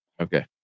okay